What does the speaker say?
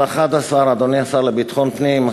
אדוני השר לביטחון פנים,